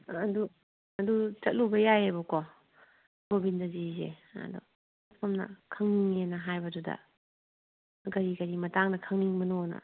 ꯑꯥ ꯑꯗꯨ ꯑꯗꯨ ꯆꯠꯂꯨꯕ ꯌꯥꯏꯕꯀꯣ ꯒꯣꯕꯤꯟꯗꯖꯤꯁꯦ ꯑꯗꯨ ꯁꯣꯝꯅ ꯈꯪꯅꯤꯡꯉꯦꯅ ꯍꯥꯏꯕꯗꯨꯗ ꯀꯔꯤ ꯀꯔꯤ ꯃꯇꯥꯡꯗ ꯈꯪꯅꯤꯡꯕꯅꯣꯅ